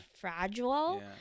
fragile